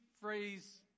phrase